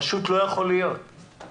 פשוט לא יכול להיות שהמדינה